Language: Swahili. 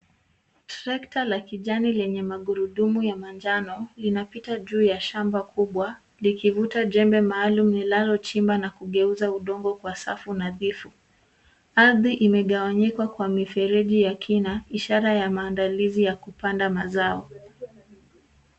Trekta la kijani lenye magurudumu ya manjano, linapita juu ya shamba kubwa likivuta jembe maalum linalochimba na kugeuza udongo kuwa safu nadhifu. Ardhi imegawanyika kwa mifereji ya kina ishara ya maandalizi ya kupanda mazao.